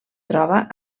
troba